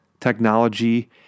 technology